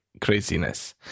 craziness